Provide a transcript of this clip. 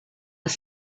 was